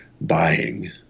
buying